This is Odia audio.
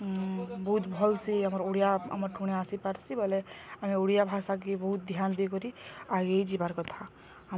ବହୁତ୍ ଭଲ୍ସେ ଆମର୍ ଓଡ଼ିଆ ଆମର୍ ଟୁଣେ ଆସି ପାର୍ସି ବଲେ ଆମେ ଓଡ଼ିଆ ଭାଷାକେ ବହୁତ୍ ଧ୍ୟାନ ଦେଇିକରି ଆଗେଇ ଯିବାର୍ କଥା